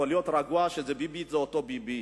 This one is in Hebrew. יכול להיות רגוע שביבי זה אותו ביבי.